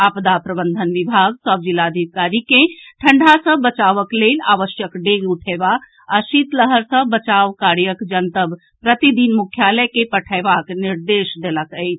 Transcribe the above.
आपदा प्रबंधन विभाग सभ जिलाधिकारी के ठंढ़ा सँ बचावक लेल आवश्यक डेग उठैबा आ शीतलहर सँ बचावक कार्यक जनतब प्रतिदिन मुख्यालय के पठैबाक निर्देश देलक अछि